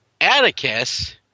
Atticus